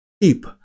Keep